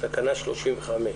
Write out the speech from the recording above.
תקנה 34 אושרה.